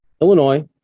Illinois